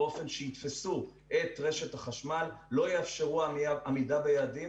באופן שיתפוס את רשת החשמל ולא יאפשרו עמידה ביעדים,